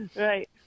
Right